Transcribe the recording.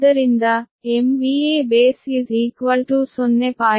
ಆದ್ದರಿಂದ B 0